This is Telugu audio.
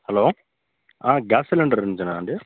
హలో గ్యాస్ సిలిండర్ నుంచేనా అండి